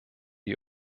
die